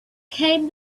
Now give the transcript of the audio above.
came